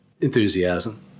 Enthusiasm